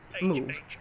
Move